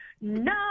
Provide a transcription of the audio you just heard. No